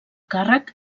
càrrec